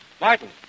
Martin